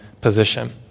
position